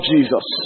Jesus